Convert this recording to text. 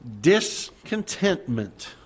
Discontentment